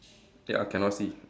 ya cannot see